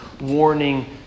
warning